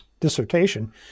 Dissertation